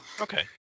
okay